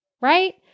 right